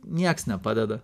nieks nepadeda